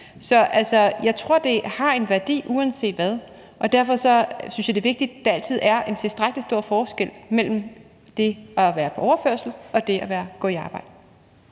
jeg tror, det har en værdi uanset hvad, og derfor synes jeg, det er vigtigt, at der altid er en tilstrækkelig stor forskel mellem det at være på overførselsindkomst og det at være i arbejde.